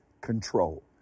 control